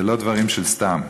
זה לא דברים של סתם.